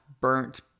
burnt